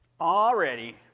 Already